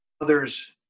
others